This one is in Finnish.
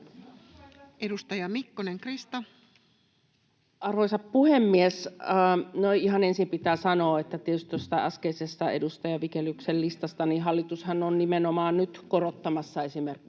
17:01 Content: Arvoisa puhemies! No, ihan ensin pitää sanoa tietysti tuosta äskeisestä edustaja Vigeliuksen listasta, että hallitushan on nimenomaan nyt korottamassa esimerkiksi